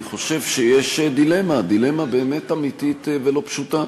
אני חושב שיש באמת דילמה אמיתית ולא פשוטה